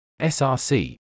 src